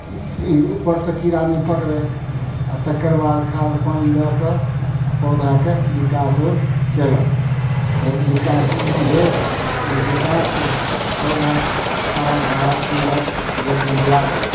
उपरसँ कीड़ा नहि पकड़य आओर तकर बाद खाद पानि दऽ कऽ आओर पौधाके विकास ओर कयलक जब विकास भेल ओइ विकाससँ पौधा हरा भरा सुन्दर देखयमे लागल